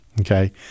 Okay